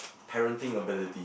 parenting abilities